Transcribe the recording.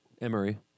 Emery